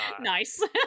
Nice